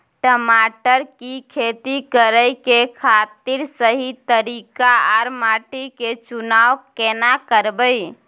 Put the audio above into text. टमाटर की खेती करै के खातिर सही तरीका आर माटी के चुनाव केना करबै?